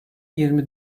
yirmi